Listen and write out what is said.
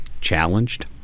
challenged